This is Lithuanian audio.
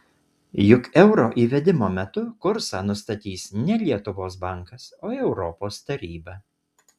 juk euro įvedimo metu kursą nustatys ne lietuvos bankas o europos taryba